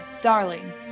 darling